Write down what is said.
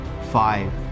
five